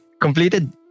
Completed